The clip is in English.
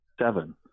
seven